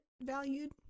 valued